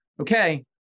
Okay